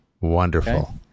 Wonderful